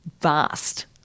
vast